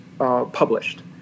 Published